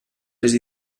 les